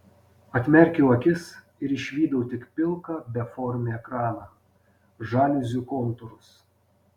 atmerkiau akis ir išvydau tik pilką beformį ekraną žaliuzių kontūrus